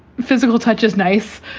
physical touches, knife.